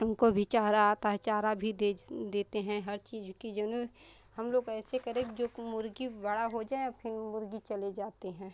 उनको भी चारा आता है चारा भी देते हैं हर चीज़ कि जउने हम लोग ऐसे करें कि जोकि मुर्ग़ी बड़ा हो जाएँ और फिर मुर्ग़ी चले जाते हैं